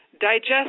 digest